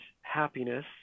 happiness